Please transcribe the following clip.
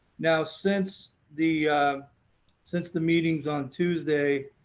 now, since the since the meetings on tuesday,